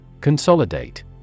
Consolidate